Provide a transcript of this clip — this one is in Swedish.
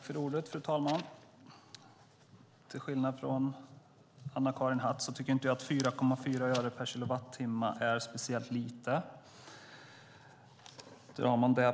Fru talman! Till skillnad från Anna-Karin Hatt tycker jag inte att 4,4 öre per kilowattimme är lite.